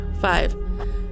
five